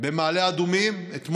במעלה אדומים, אתמול,